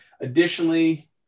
Additionally